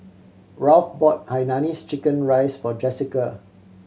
Ralph bought hainanese chicken rice for Jessica